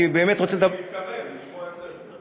אני באמת רוצה, אני מתקרב לשמוע יותר טוב.